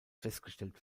festgestellt